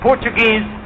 Portuguese